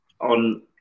on